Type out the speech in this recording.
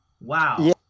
wow